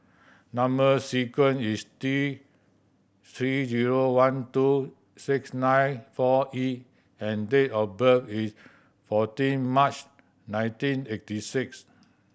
number sequence is T Three zero one two six nine four E and date of birth is fourteen March nineteen eighty six